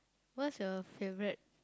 what's your favourite